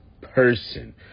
person